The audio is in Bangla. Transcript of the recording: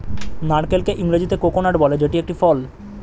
নারকেলকে ইংরেজিতে কোকোনাট বলে যেটি একটি ফল